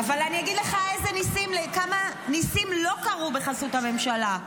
אבל אני אגיד לך כמה ניסים לא קרו בחסות הממשלה: